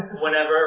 Whenever